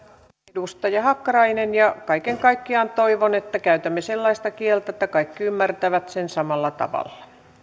edustaja hakkarainen kaiken kaikkiaan toivon että käytämme sellaista kieltä että kaikki ymmärtävät sen samalla tavalla